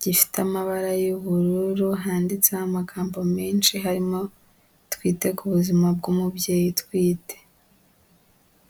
gifite amabara y'ubururu, handitseho amagambo menshi, harimo twite ku buzima bw'umubyeyi utwite.